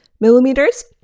millimeters